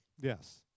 Yes